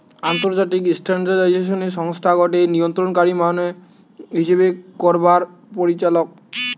আন্তর্জাতিক স্ট্যান্ডার্ডাইজেশন সংস্থা গটে নিয়ন্ত্রণকারী মান হিসেব করবার পরিচালক